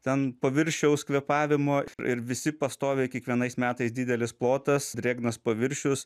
ten paviršiaus kvėpavimo ir visi pastoviai kiekvienais metais didelis plotas drėgnas paviršius